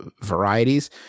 varieties